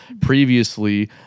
previously